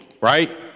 right